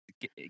get